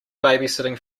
babysitting